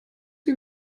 sie